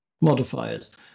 Modifiers